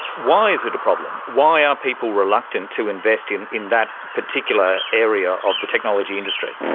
why is it a problem? why are people reluctant to invest in in that particular area of the technology industry?